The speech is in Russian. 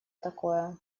такое